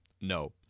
No